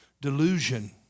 Delusion